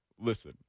Listen